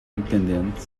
independente